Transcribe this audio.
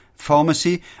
pharmacy